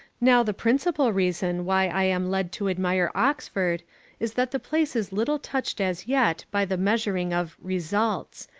now the principal reason why i am led to admire oxford is that the place is little touched as yet by the measuring of results,